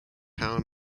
town